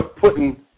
putting